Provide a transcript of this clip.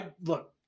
look